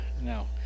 No